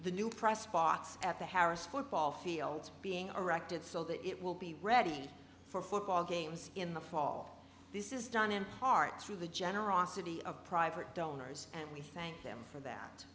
the new price spots at the harrah's football fields being erected so that it will be ready for football games in the fall this is done in part through the generosity of private donors and we thank them for that